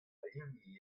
hini